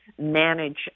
manage